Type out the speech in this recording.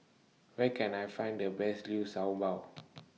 Where Can I Find The Best Liu Shao Bao